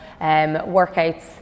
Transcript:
workouts